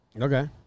Okay